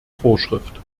vorschrift